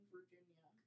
Virginia